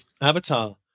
avatar